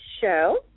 Show